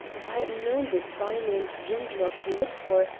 if i had known this by-named drimdarroch you look for,